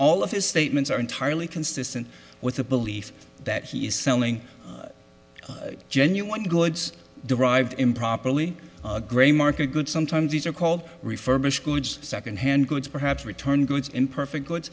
all of his statements are entirely consistent with the belief that he is selling genuine goods derived improperly grey market good sometimes these are called refurbished goods second hand goods perhaps return goods imperfect